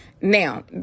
Now